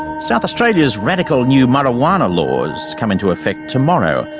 south australia's radical new marijuana laws come into effect tomorrow.